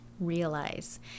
realize